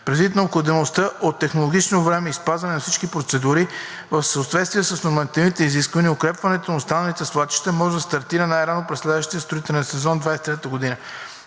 Предвид необходимостта от технологично време и спазване на всички процедури в съответствие с нормативните изисквания укрепването на останалите свлачища може да стартира най-рано през следващия строителен сезон 2023 г.